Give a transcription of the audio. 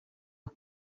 abo